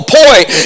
point